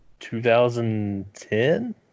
2010